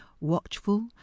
watchful